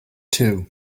too